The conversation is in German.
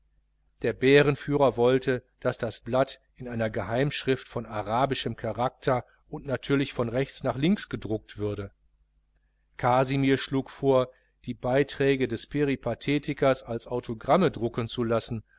der bärenführer wollte daß das blatt in einer geheimschrift von arabischem charakter und natürlich von rechts nach links gedruckt würde kasimir schlug vor die beiträge des peripathetikers als autogramme drucken zu lassen